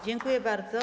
Dziękuję bardzo.